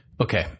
Okay